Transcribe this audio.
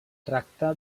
tracta